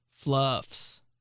fluffs